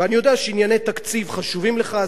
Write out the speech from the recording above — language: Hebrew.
ואני יודע שענייני תקציב חשובים לך,